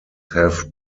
have